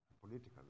political